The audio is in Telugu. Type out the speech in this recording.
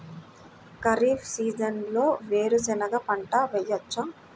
ఖరీఫ్ సీజన్లో వేరు శెనగ పంట వేయచ్చా?